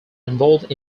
involved